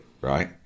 right